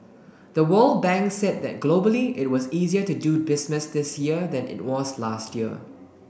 the World Bank said that globally it was easier to do business this year than it was last year